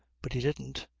but he didn't.